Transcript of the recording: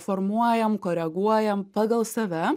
formuojam koreguojam pagal save